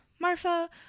Marfa